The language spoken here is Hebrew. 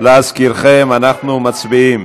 להזכירכם, אנחנו מצביעים